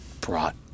brought